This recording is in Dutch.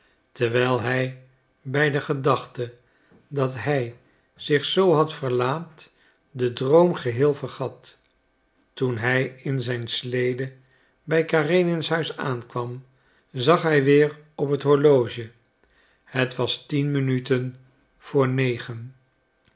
terwijl hij bij de gedachte dat hij zich zoo had verlaat den droom geheel vergat toen hij in zijn slede bij karenins huis aankwam zag hij weer op het horloge het was tien minuten voor negen